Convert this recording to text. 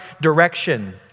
direction